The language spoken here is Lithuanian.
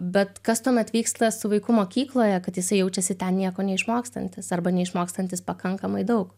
bet kas tuomet vyksta su vaiku mokykloje kad jisai jaučiasi ten nieko neišmokstantis arba neišmokstantis pakankamai daug